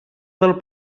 del